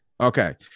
Okay